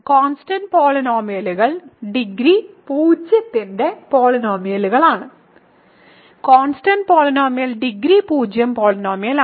constant പോളിനോമിയലുകൾ degree 0 ന്റെ പോളിനോമിയലുകളാണ് കോൺസ്റ്റന്റ് പോളിനോമിയൽ ഡിഗ്രി 0 പോളിനോമിയൽ ആണ്